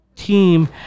Team